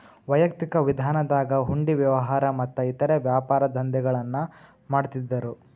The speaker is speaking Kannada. ವೈಯಕ್ತಿಕ ವಿಧಾನದಾಗ ಹುಂಡಿ ವ್ಯವಹಾರ ಮತ್ತ ಇತರೇ ವ್ಯಾಪಾರದಂಧೆಗಳನ್ನ ಮಾಡ್ತಿದ್ದರು